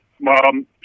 Mom